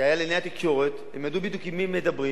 זה היה לעיני התקשורת והם ידעו בדיוק עם מי הם מדברים,